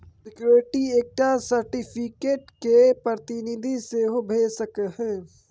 security एकटा certificate केर प्रतिनिधि सेहो भ सकैए